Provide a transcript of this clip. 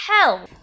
hell